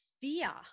fear